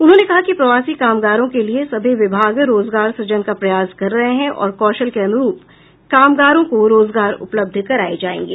उन्होंने कहा कि प्रवासी कामगारों के लिये सभी विभाग रोजगार सृजन का प्रयास कर रहे हैं और कौशल के अनुरूप कामगारों का रोजगार उपलब्ध कराये जायेंगे